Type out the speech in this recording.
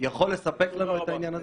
יכול לספק לנו את העניין הזה.